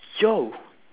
yo